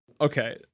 Okay